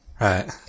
right